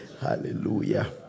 hallelujah